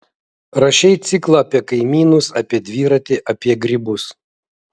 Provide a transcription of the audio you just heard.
rašei ciklą apie kaimynus apie dviratį apie grybus